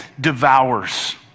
devours